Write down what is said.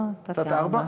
לא, נתתי ארבע.